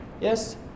yes